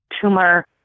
tumor